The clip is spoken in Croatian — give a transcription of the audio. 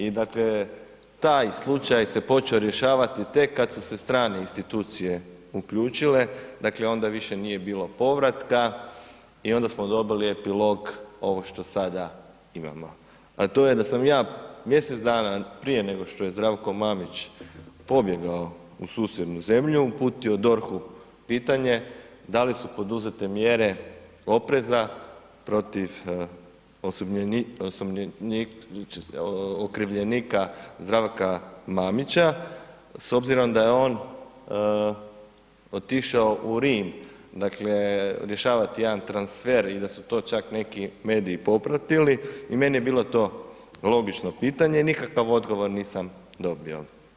I dakle, taj slučaj se počeo rješavati tek kad su se strane institucije uključile dakle onda više nije bilo povratka i onda smo dobili epilog ovog što sada imamo a to je da sam ja mjesec dana prije nego što je Zdravko Mamić pobjegao u susjednu zemlju, uputio DORH-u pitanje da li su poduzete mjere opreza protiv okrivljenika Zdravka Mamića s obzirom da on otišao u Rim rješavati jedan transfer i da su to čak neki mediji popratili i meni je bilo to logično pitanje i nikakav odgovor nisam dobio.